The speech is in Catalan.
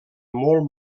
molt